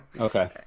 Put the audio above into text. Okay